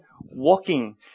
walking